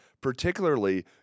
particularly